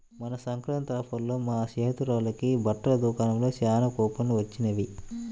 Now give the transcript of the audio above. మొన్న సంక్రాంతి ఆఫర్లలో మా స్నేహితురాలకి బట్టల దుకాణంలో చానా కూపన్లు వొచ్చినియ్